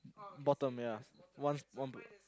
bottom ya one one